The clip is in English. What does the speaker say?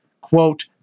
quote